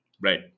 Right